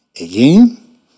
again